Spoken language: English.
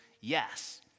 yes